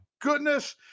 goodness